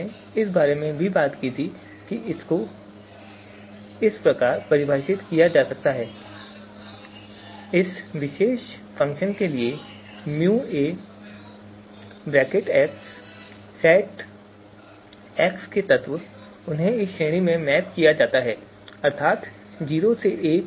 हमने इस बारे में बात की थी कि को इस प्रकार परिभाषित किया जा सकता है इस विशेष फ़ंक्शन के लिए µA सेट X के तत्व उन्हें इस श्रेणी में मैप किया जाता है अर्थात 0 से 1